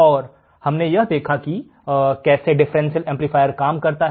और हम यह देखा कि कैसे डिफरेंशियल एमप्लीफायर काम करता है